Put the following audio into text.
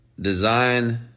Design